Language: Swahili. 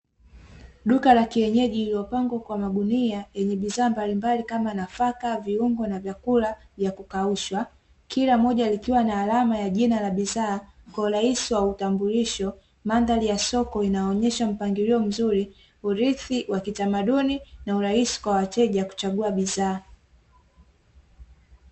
Duka la kienyeji lililopangwa kwa magunia yenye bidhaa mbalimbali kama nafaka, viungo na vyakula vya kukaushwa. Kila moja likiwa na alama ya jina la bidhaa kwa urahisi wa utambulisho. Mandhari ya soko inaonesha mpangilio mzuri, urithi wa kitamaduni na urahisi kwa wateja kuchagua bidhaa.